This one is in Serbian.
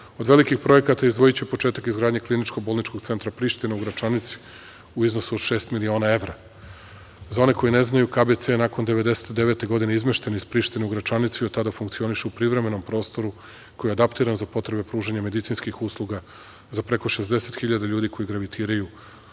Od velikih projekata izdvojiću početak izgradnje Kliničko bolničkog centra Priština u Gračanici u iznosu od šest miliona evra. Za one koji ne znaju, KBC je nakon 1999. godine izmešten iz Prištine u Gračanicu i od tada funkcioniše u privremenom prostoru koji je adaptiran za potrebe pružanja medicinskih usluga za preko 60.000 ljudi koji gravitiraju ka